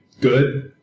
good